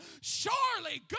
Surely